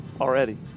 already